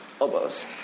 elbows